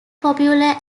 popular